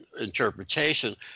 interpretation